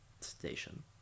station